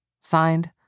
Signed